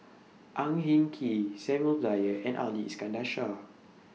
Ang Hin Kee Samuel Dyer and Ali Iskandar Shah